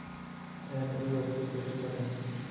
NEFT कैसे करें?